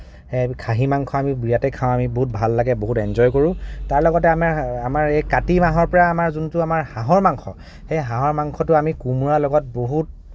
খাহী মাংস আমি বিৰাটেই খাওঁ আমি বহুত ভাল লাগে বহুত এঞ্জয় কৰোঁ তাৰ লগতে আমাৰ আমাৰ এই কাতি মাহৰ পৰা আমাৰ যোনটো আমাৰ হাঁহৰ মাংস সেই হাঁহৰ মাংসটো আমি কোমোৰাৰ লগত বহুত